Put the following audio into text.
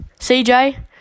CJ